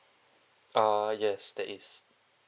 uh yes that is